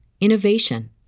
innovation